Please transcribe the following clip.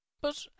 But